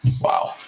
Wow